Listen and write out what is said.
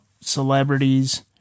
celebrities